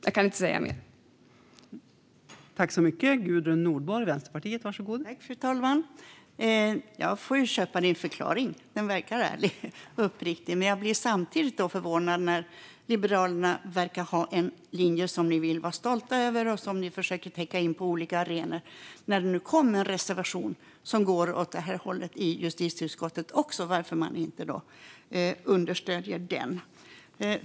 Jag kan inte säga mer om det.